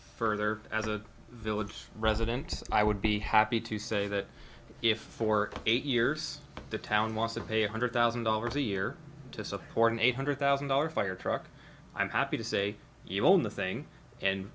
further as a village resident i would be happy to say that if for eight years the town loss of a hundred thousand dollars a year to support an eight hundred thousand dollars fire truck i'm happy to say you own the thing and